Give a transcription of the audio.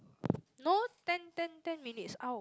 no ten ten ten minutes !ow!